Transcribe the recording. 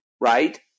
right